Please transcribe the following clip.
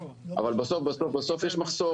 אבל בסוף יש מחסור.